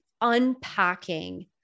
unpacking